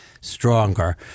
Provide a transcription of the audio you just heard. Stronger